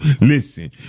Listen